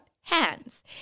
hands